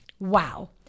Wow